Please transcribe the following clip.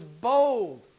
bold